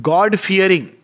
God-fearing